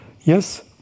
Yes